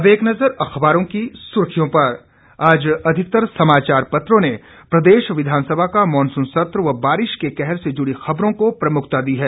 अब एक नज़र अखबारों की सुर्खियों पर आज अधिकतर समाचार पत्रों ने प्रदेश विधानसभा का मॉनसून सत्र व बारिश के कहर से जुड़ी खबरों को प्रमुखता दी है